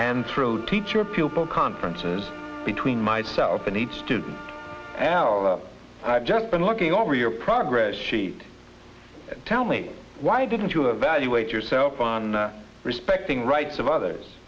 and through teacher pupil conferences between myself and each student and now i've just been looking over your progress sheet tell me why didn't you evaluate yourself on respecting rights of others